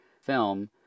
film